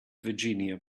virginia